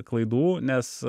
klaidų nes